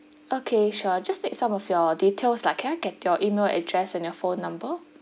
okay sure just need some of your details lah can I get your email address your a phone number